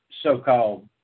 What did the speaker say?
so-called